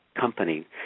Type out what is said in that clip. company